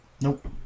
nope